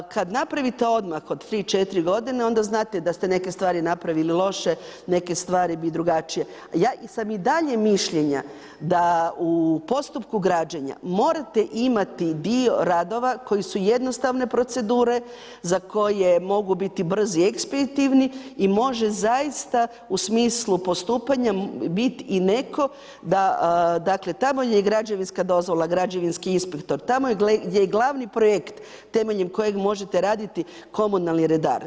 Kad napravite odmak od tri, četiri godine onda znate da ste neke stvari napravili loše, neke stvari bi drugačije, ja sam i dalje mišljenja da u postupku građenja morate imati dio radova koji su jednostavne procedure, za koje mogu biti brzi i ekspeditivni i može zaista u smislu postupanja i biti netko da, dakle, tamo je građevinska dozvola, građevinski inspektor, tamo gdje je glavni projekt temeljem kojeg možete raditi Komunalni redar.